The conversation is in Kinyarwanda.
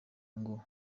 ngo